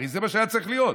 הרי זה מה שהיה צריך להיות: